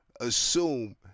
assume